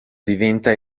diventa